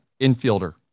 infielder